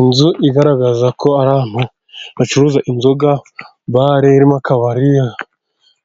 Inzu igaragaza ko ahantu bacuruza inzoga, bare irimo akabari,